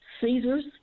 Caesars